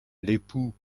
l’époux